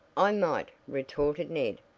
i might, retorted ned,